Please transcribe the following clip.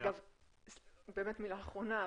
מילה אחרונה,